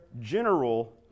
general